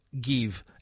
give